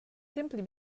simply